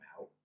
out